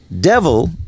devil